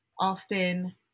often